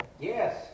Yes